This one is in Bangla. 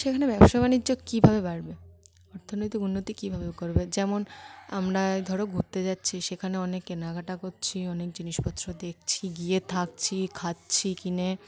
সেখানে ব্যবসা বাণিজ্য কীভাবে বাড়বে অর্থনৈতিক উন্নতি কীভাবে করবে যেমন আমরা ধরো ঘুরতে যাচ্ছি সেখানে অনেক কেনাকাটা করছি অনেক জিনিসপত্র দেখছি গিয়ে থাকছি খাচ্ছি কিনে